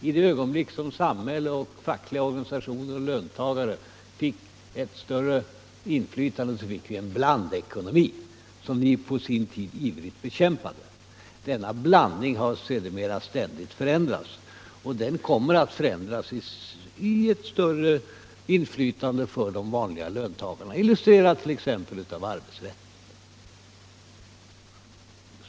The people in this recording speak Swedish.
I det ögonblick som samhälle, fackliga organisationer och löntagare fick ett större inflytande, fick vi en blandekonomi, som ni på sin tid ivrigt bekämpade. Denna blandning har sedermera ständigt förändrats, och den kommer att förändras och ge större inflytande till de vanliga löntagarna. Det illustreras t.ex. av arbetsrätten.